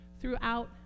throughout